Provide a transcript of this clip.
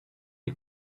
the